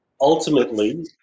ultimately